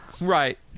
right